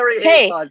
Hey